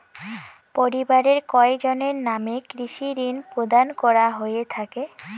পরিবারের কয়জনের নামে কৃষি ঋণ প্রদান করা হয়ে থাকে?